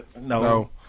No